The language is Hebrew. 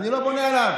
אני לא בונה עליו,